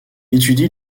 étudie